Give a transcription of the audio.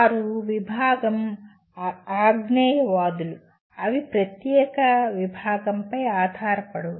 వారు విభాగం అజ్ఞేయవాదులు అవి ప్రత్యేక విభాగంపై ఆధారపడవు